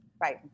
right